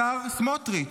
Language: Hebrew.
השר סמוטריץ'